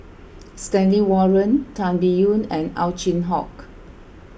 Stanley Warren Tan Biyun and Ow Chin Hock